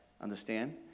Understand